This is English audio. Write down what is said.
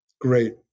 Great